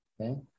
Okay